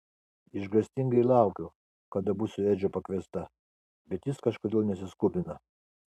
išgąstingai laukiu kada būsiu edžio pakviesta bet jis kažkodėl nesiskubina